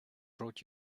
brought